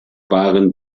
waren